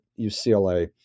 UCLA